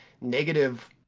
negative